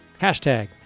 Hashtag